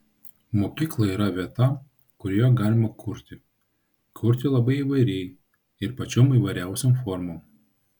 mokykla yra vieta kurioje galima kurti kurti labai įvairiai ir pačiom įvairiausiom formom